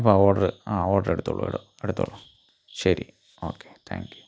അപ്പം ആ ഓർഡർ ആ ഓർഡർ എടുത്തോളൂ എടുത്തോളൂ ശരി ഓക്കേ താങ്ക യു